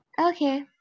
Okay